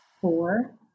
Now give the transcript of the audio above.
four